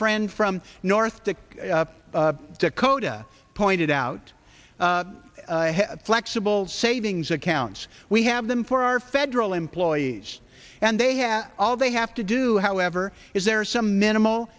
friend from north dakota dakota pointed out flexible savings accounts we have them for our federal employees and they have all they have to do however is there are some minimal